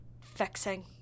fixing